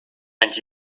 and